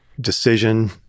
decision